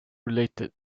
related